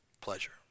pleasure